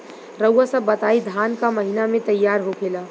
रउआ सभ बताई धान क महीना में तैयार होखेला?